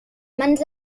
mans